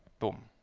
boom.